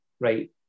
right